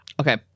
Okay